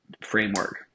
framework